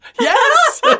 Yes